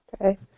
Okay